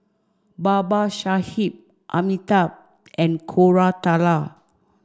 Babasaheb Amitabh and Koratala